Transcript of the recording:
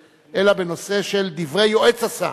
אלא בנושא של דברי יועץ השר